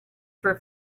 for